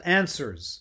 answers